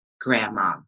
grandma